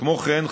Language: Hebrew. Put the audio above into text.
כמו כן,